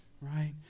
right